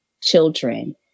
children